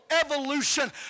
evolution